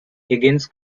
higgins